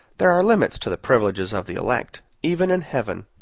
there are limits to the privileges of the elect, even in heaven.